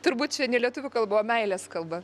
turbūt čia ne lietuvių kalba o meilės kalba